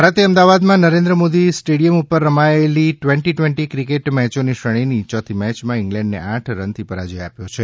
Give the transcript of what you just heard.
ભારતે અમદાવાદમાં નરેન્દ્ર મોદી સ્ટેડીયમ ઉપર રમાયેલી ટ્વેન્ટી ટ્વેન્ટી ક્રિકેટ મેચોની શ્રેણીની ચોથી મેચમાં ઈંગ્લેન્ડને આઠ રનથી પરાજય આપ્યો છે